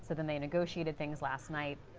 they negotiated things last night.